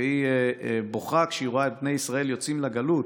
והיא בוכה כשהיא רואה את בני ישראל יוצאים לגלות,